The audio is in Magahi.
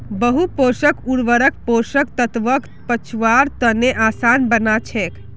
बहु पोषक उर्वरक पोषक तत्वक पचव्वार तने आसान बना छेक